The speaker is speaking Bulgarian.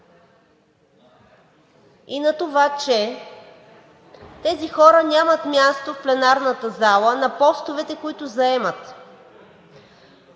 и на това, че тези хора нямат място в пленарната зала на постовете, които заемат.